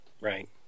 right